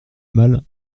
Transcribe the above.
mal